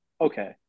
okay